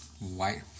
white